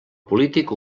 polític